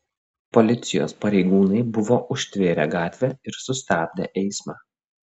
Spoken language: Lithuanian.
policijos pareigūnai buvo užtvėrę gatvę ir sustabdę eismą